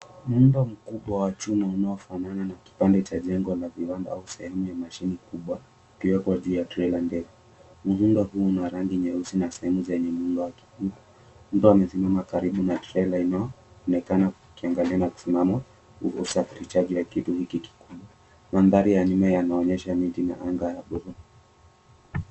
Muundo mkubwa wa chuma unaofanana na kipande cha jengo la kiwanda au sehemu ya mashine kubwa ikiwepo juu ya trela ndefu. Muundo huu ni wa rangi nyeusi na sehemu zenye muundo wa kibuyu. Mtu amesimama karibu na trela inayoonekana ukiangalia na kisimamo kwa usafirishaji kitu kikubwa. Mandhari ya nyuma yanaonyesha miti na anga ya buluu.